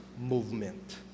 movement